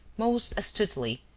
most astutely,